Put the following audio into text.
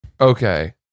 okay